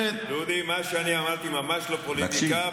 דודי, מה שאני אמרתי, ממש לא פוליטיקה.